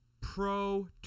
pro